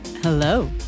Hello